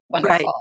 Right